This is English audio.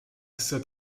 said